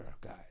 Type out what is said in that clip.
guys